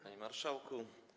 Panie Marszałku!